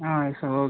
ஆ yes sir ஓ